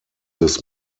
this